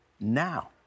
now